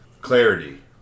Clarity